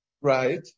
right